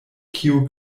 kio